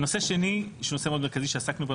נושא שני שהוא נושא מאוד מרכזי שעסקנו בו זה